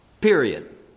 Period